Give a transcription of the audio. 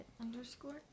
underscore